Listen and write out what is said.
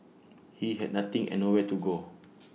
he had nothing and nowhere to go